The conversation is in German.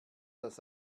das